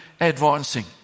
advancing